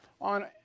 on